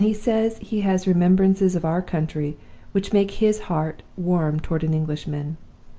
and he says he has remembrances of our country which make his heart warm toward an englishman.